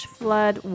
flood